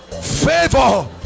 favor